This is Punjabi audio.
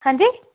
ਹਾਂਜੀ